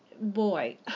boy